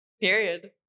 period